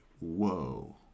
Whoa